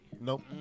Nope